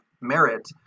merit